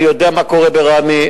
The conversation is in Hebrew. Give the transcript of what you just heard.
אני יודע מה קורה בראמה,